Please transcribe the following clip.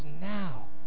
now